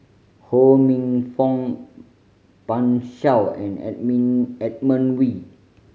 Ho Minfong Pan Shou and Edmund Wee